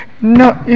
no